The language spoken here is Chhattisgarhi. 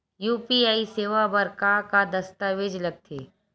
यू.पी.आई सेवा बर का का दस्तावेज लगथे?